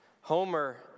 Homer